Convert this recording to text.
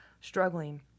Struggling